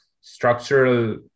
structural